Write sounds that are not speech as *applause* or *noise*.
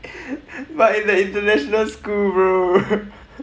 *laughs* but in the international school bro